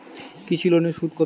কৃষি লোনের সুদ কত?